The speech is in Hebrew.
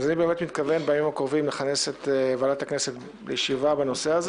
אני מתכוון לכנס את ועדת הכנסת לישיבה בנושא הזה